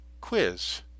quiz